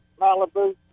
Malibu